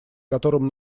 которым